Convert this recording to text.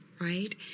right